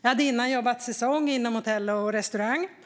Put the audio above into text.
Jag hade tidigare jobbat säsong inom hotell och restaurangbranschen